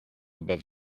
above